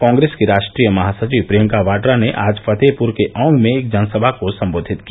कॉग्रेस की राश्ट्रीय महासचिव प्रियंका वाड्रा ने आज फतेहपुर के औंग में एक जनसभा को सम्बोधित किया